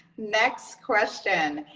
next question.